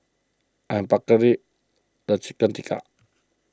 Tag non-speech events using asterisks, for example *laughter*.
I'm *unintelligible* the Chicken Tikka